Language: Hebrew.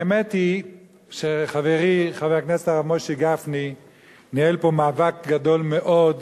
האמת היא שחברי חבר הכנסת הרב משה גפני ניהל פה מאבק גדול מאוד,